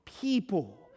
people